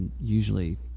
usually